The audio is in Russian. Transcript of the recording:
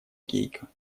гейка